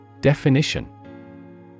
Definition